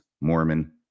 Mormon